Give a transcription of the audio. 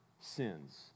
sins